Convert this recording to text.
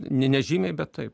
n nežymiai bet taip